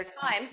time